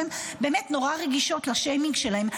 הן באמת מאוד רגישות לשיימינג שלהן.